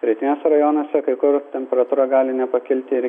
rytiniuose rajonuose kai kur temperatūra gali nepakilti ir